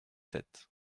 sept